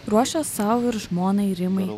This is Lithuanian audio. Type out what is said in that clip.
ruošia sau ir žmonai rimai